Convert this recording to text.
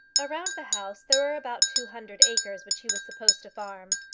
around the house there were about two hundred acres which he was supposed to farm.